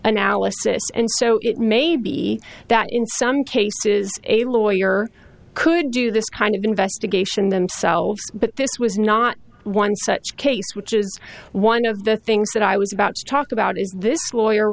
analysis and so it may be that in some cases a lawyer could do this kind of investigation themselves but this was not one such case which is one of the things that i was about to talk about is this